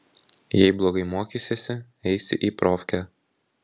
jei blogai mokysiesi eisi į profkę